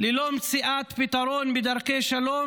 ללא מציאת פתרון בדרכי שלום,